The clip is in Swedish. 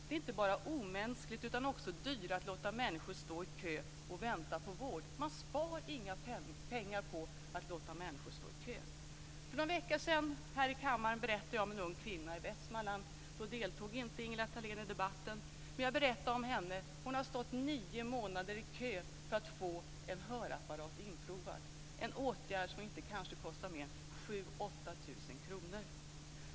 Det är inte bara omänskligt utan också dyrare att låta människor stå i kö och vänta på vård. Man sparar inga pengar på att låta människor stå i kö. För någon vecka sedan berättade jag här i kammaren om en ung kvinna i Västmanland - då deltog inte Ingela Thalén i debatten - som har stått nio månader i kö för att få en hörapparat utprovad. Det är en åtgärd som inte kostar mer än kanske 7 000-8 000 kr.